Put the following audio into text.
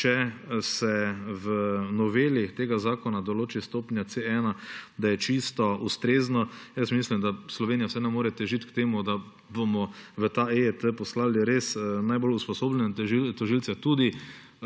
če se v noveli tega zakona določi stopnja C1, je čisto ustrezno. Jaz mislim, da Slovenija vseeno mora težiti k temu, da bomo v EJT poslali res najbolj usposobljene tožilce tudi